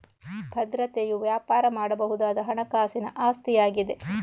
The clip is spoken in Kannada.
ಭದ್ರತೆಯು ವ್ಯಾಪಾರ ಮಾಡಬಹುದಾದ ಹಣಕಾಸಿನ ಆಸ್ತಿಯಾಗಿದೆ